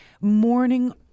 morning